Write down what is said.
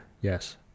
Yes